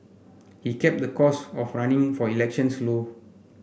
he kept the cost of running for elections low